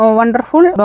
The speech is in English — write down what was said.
wonderful